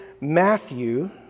Matthew